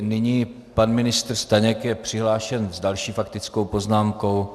Nyní pan ministr Staněk je přihlášen s další faktickou poznámkou.